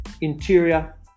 interior